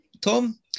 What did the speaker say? Tom